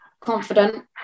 confident